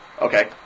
Okay